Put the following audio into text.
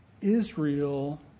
Israel